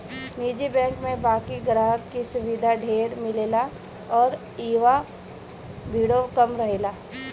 निजी बैंक में बाकि ग्राहक के सुविधा ढेर मिलेला आ इहवा भीड़ो कम रहेला